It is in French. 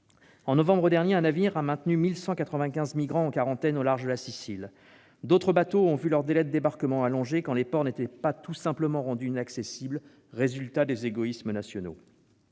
En novembre dernier, un navire a maintenu 1 195 migrants en quarantaine au large de la Sicile. D'autres bateaux ont vu leurs délais de débarquement allongés, quand les ports n'étaient pas tout simplement rendus inaccessibles, résultat des égoïsmes nationaux.